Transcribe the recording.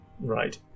Right